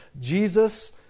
Jesus